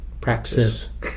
praxis